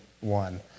one